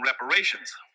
reparations